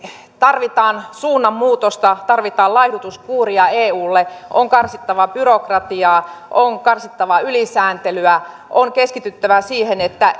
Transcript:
tarvitaan suunnanmuutosta tarvitaan laihdutuskuuria eulle on karsittava byrokratiaa on karsittava ylisääntelyä on keskityttävä siihen että